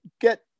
get